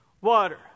water